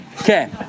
Okay